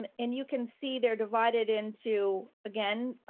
um and you can see they're divided into again,